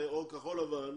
או כחול לבן.